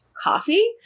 coffee